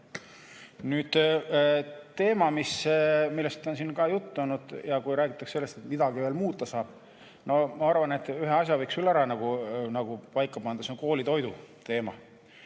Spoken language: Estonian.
Nüüd teema, millest on siin ka juttu olnud, kui on räägitud sellest, et midagi saab veel muuta. No ma arvan, et ühe asja võiks küll nagu paika panna. See on koolitoidu teema.